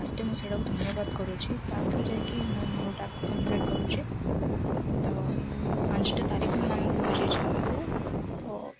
ଫାର୍ଷ୍ଟ୍ରେ ମୁଁ ସେଇଟାକୁ ଧନ୍ୟବାଦ କରୁଛି ତା'ପରେ ଯାଇକି ମୁଁ ମୋର ଟାସ୍କ୍ କମ୍ପ୍ଲିଟ୍ କରୁଛି ତ ପାଞ୍ଚଟା ତାରିଖର ନାମ କୁହାଯାଇଛି ଆମକୁ ତ